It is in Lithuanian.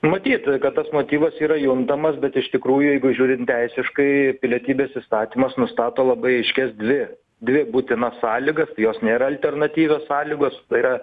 matyt a kad tas motyvas yra juntamas bet iš tikrųjų jeigu žiūrint teisiškai pilietybės įstatymas nustato labai aiškias dvi dvi būtinas sąlygas jos nėra alternatyvios sąlygos tai yra